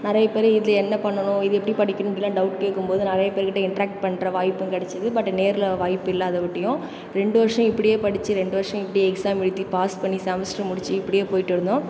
நிறைய பேர் இதில் என்ன பண்ணனும் இது எப்படி படிக்கணும் இப்படிலாம் டவுட் கேட்கும் போது நிறைய பேர்கிட்ட இன்ட்ராக்ட் பண்ணுற வாய்ப்பும் கிடச்சுது பட் நேரில் வாய்ப்பு இல்லாத காட்டியும் ரெண்டு வருஷம் இப்படியே படிச்சு ரெண்டு வருஷம் இப்படியே எக்ஸாம் எழுதி பாஸ் பண்ணி செமஸ்டர் முடிச்சு இப்படியே போயிகிட்டு இருந்தோம்